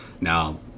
Now